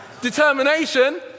determination